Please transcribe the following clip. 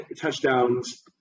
touchdowns